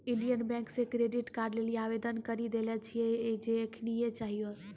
Indian Bank से card कार्ड लेली आवेदन करी देले छिए जे एखनीये चाहियो